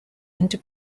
into